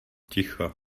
ticho